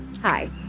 Hi